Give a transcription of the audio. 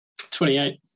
28